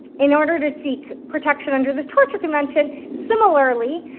in order to seek protection under the torture convention, similarly,